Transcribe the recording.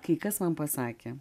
kai kas man pasakė